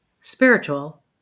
spiritual